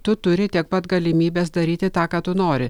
tu turi tiek pat galimybės daryti tą ką tu nori